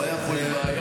הבעיה פה היא בעיה